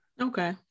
okay